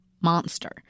monster